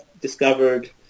discovered